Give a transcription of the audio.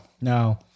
no